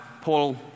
Paul